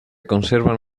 conservan